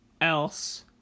else